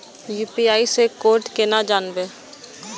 UPI से code केना जानवै?